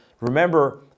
remember